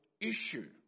issue